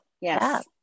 Yes